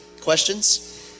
questions